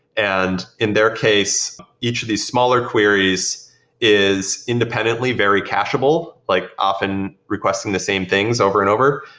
and in their case each of these smaller queries is independently very cacheable, like often requesting the same things over and over,